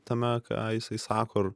tame ką jisai sako